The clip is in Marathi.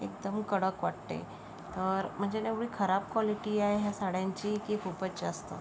एकदम कडक वाटते तर म्हणजे एवढी खराब क्वालिटी आहे ह्या साड्यांची की खूपच जास्त